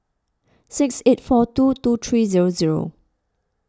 six eight four two two three zero zero